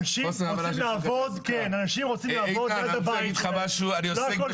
אנשים רוצים לעבוד ליד הבית שלהם.